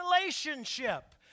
relationship